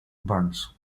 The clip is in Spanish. burns